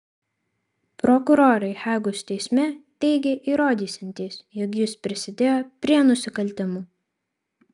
prokurorai hagos teisme teigė įrodysiantys jog jis prisidėjo prie nusikaltimų